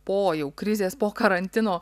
po jau krizės po karantino